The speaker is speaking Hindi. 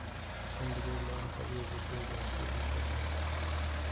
सिंडिकेट लोन सभी वित्तीय एजेंसी भी प्रदान करवाती है